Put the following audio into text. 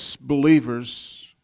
believers